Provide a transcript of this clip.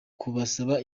kubasaba